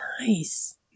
Nice